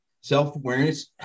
self-awareness